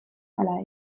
ala